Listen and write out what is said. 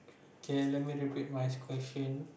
okay let me repeat my question